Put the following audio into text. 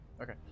Okay